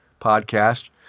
podcast